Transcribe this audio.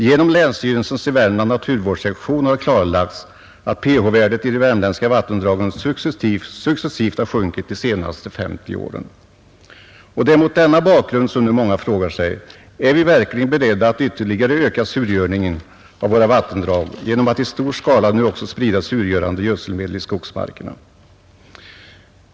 Genom länsstyrelsens i Värmland naturvårdssektion har klarlagts att pH-värdet i de värmländska vattendragen successivt har sjunkit de senaste 50 åren. Det är mot denna bakgrund som många nu frågar sig: Är vi verkligen beredda att ytterligare öka surgörningen av våra vattendrag genom att i stor skala nu också sprida surgörande gödselmedel i skogsmarkerna?